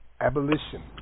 Abolition